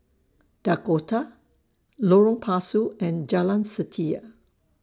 Dakota Lorong Pasu and Jalan Setia